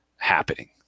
Happening